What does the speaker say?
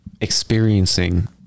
experiencing